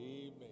Amen